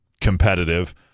competitive